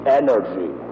energy